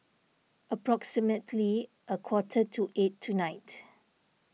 approximately a quarter to eight tonight